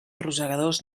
rosegadors